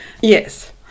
Yes